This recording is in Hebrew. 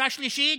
מכה שלישית,